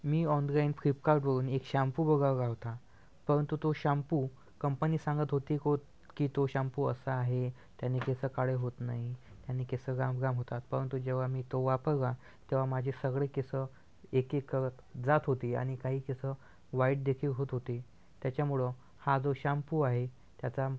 मी online फिपकालवरून एक shampoo वोगावला होता परंतु तो शाम्पू कंपनी सांगत होती कोत की तो शाम्पू असा आहे त्यानी केस काळे होत नाही ह्यानी केस लांब लांब होतात परंतु जेव्हा मी तो वापरला तेव्हा माझे सगळे केस एक एक करत जात होते आणि काही केस वाईटदेखील होत होते त्याच्यामुळं हा जो शॅम्पू आहे त्याचा